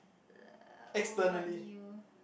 uh what did you